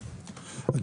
בבקשה.